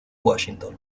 washington